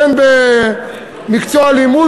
בין במקצוע לימוד,